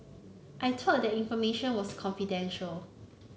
I thought that information was confidential